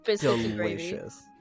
delicious